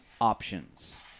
options